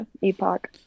epoch